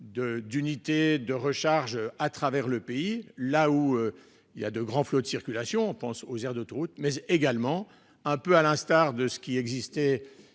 d'unités de recharge à travers le pays, là où il y a de grands flots de circulation, on pense aux aires d'autoroutes, mais également un peu à l'instar de ce qui existait